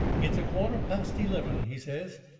it is a quarter past eleven, he says.